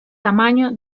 tamaño